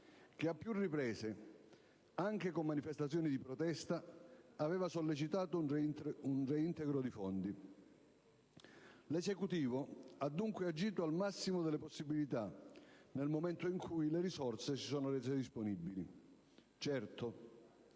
che a più riprese, anche con manifestazioni di protesta, aveva sollecitato un reintegro di fondi. L'Esecutivo ha dunque agito al massimo delle possibilità nel momento in cui le risorse si sono rese disponibili. Certo,